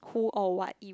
who or what irr~